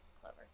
clever